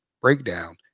breakdown